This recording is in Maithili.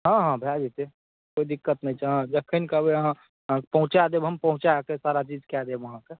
हँ हँ भए जेतै कोइ दिक्कत नहि छै अहाँ जखन कहबै अहाँ पहुँचा देब हम पहुँचाके सारा चीज कए देब अहाँकेँ